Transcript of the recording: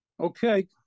okay